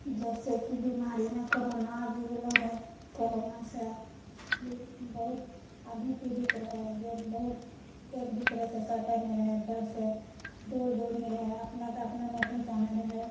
जैसेकि बीमारीमे कोरोना आबि गेलौ रहय करोनासे बहुत आदमी पीड़ित रहय जे बहुत एक दूसरेसे सटे नहि रहय डरसँ दूर दूर ही रहय अपनेकऽ अपने नहि पहचाने रहय